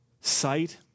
sight